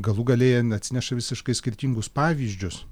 galų gale jie n atsineša visiškai skirtingus pavyzdžius